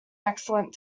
excellent